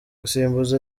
gusimbuza